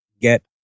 get